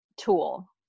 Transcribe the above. tool